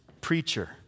preacher